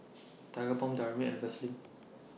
Tigerbalm Dermaveen and Vaselin